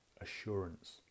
Assurance